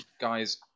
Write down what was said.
guys